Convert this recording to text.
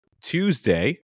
Tuesday